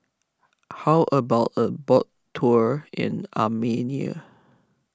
how about a boat tour in Armenia